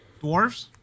dwarves